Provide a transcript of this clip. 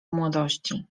młodości